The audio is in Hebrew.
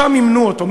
שם אימנו אותו.